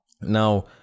Now